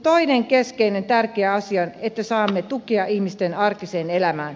toinen keskeinen tärkeä asia on että saamme tukea ihmisten arkiseen elämään